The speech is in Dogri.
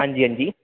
अंजी अंजी